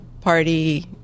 party